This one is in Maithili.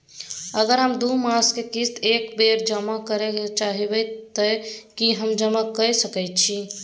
अगर हम दू मास के किस्त एक बेर जमा करे चाहबे तय की हम जमा कय सके छि?